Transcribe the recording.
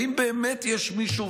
האם באמת יש מישהו,